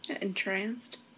Entranced